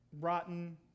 rotten